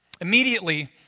Immediately